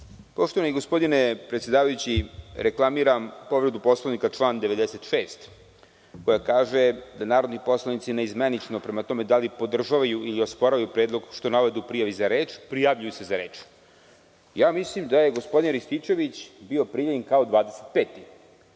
Poštovani gospodine predsedavajući, reklamiram povredu člana 96. koja kaže da narodni poslanici naizmenično, prema tome da li podržavaju ili osporavaju predlog, što navedu u prijavi za reč, prijavljuju za reč. Mislim da je gospodin Rističević bio prijavljen kao 25,